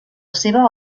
seva